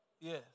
Yes